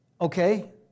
Okay